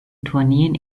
tourneen